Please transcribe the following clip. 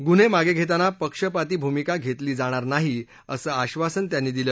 गुन्हक्रिगद्वित्तीना पक्षपाती भूमिका घक्की जाणार नाही असं आश्वासन त्यांनी दिलं